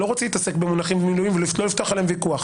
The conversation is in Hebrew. אני לא רוצה להתעסק במונחים ולא לפתוח עליהם ויכוח,